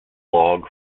log